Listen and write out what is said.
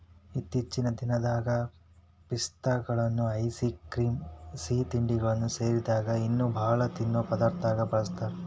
ಇತ್ತೇಚಿನ ದಿನದಾಗ ಪಿಸ್ತಾಗಳನ್ನ ಐಸ್ ಕ್ರೇಮ್, ಸಿಹಿತಿಂಡಿಗಳು ಸೇರಿದಂಗ ಇನ್ನೂ ಬಾಳ ತಿನ್ನೋ ಪದಾರ್ಥದಾಗ ಬಳಸ್ತಾರ